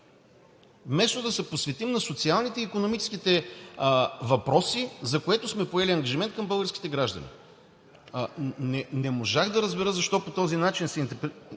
вместо да се посветим на социалните и икономическите въпроси, за което сме поели ангажимент към българските граждани. Не можах да разбера защо по този начин се интерпретираха